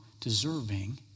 deserving